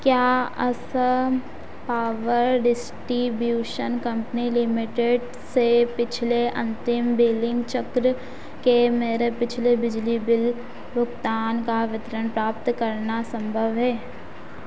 क्या Assam power distribution company limited से पिछले अन्तिम बिलिन्ग चक्र के मेरे पिछले बिजली बिल भुगतान का विवरण प्राप्त करना सम्भव है